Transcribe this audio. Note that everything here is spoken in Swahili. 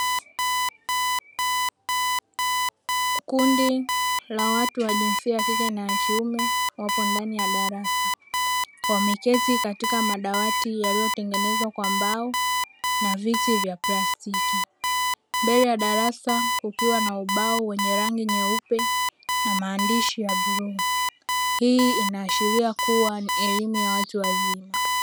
Kundi la watu wa jinsia ya kike na ya kiume wapo ndani ya darasa, wameketi katika madawati yaliyotengenezwa kwa mbao na viti vya plastiki. Mbele ya darasa kukiwa na ubao wenye rangi nyeupe na maandishi ya bluu. Hii inaashiria kuwa ni eleimu ya watu wazima.